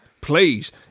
Please